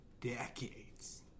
decades